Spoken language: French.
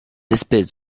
espèces